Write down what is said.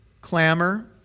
clamor